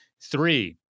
Three